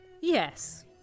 Yes